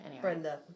Brenda